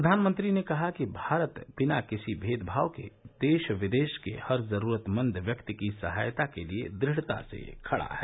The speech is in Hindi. प्रधानमंत्री ने कहा कि भारत बिना किसी भेदभाव के देश विदेश के हर जरूरतमंद व्यक्ति की सहायता के लिए दृढता से खडा है